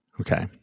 Okay